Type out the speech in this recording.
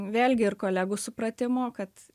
vėlgi ir kolegų supratimo kad